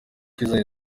twiganye